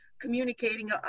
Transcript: communicating